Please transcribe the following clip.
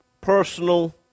personal